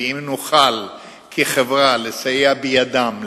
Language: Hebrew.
ואם נוכל כחברה לסייע בידם,